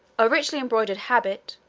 a richly embroidered habit,